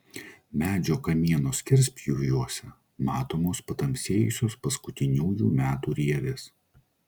medžio kamieno skerspjūviuose matomos patamsėjusios paskutiniųjų metų rievės